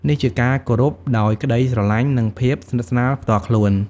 នេះជាការគោរពដោយក្តីស្រឡាញ់ និងភាពស្និទ្ធស្នាលផ្ទាល់ខ្លួន។